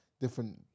different